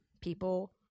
People